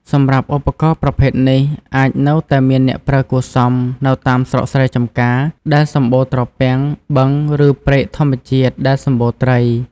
សម្រាប់ឧបករណ៍ប្រភេទនេះ អាចនៅតែមានអ្នកប្រើគួរសម នៅតាមស្រុកស្រែចម្ការ ដែលសម្បូរត្រពាំង បឹងឬព្រែកធម្មជាតិដែលសម្បូរត្រី។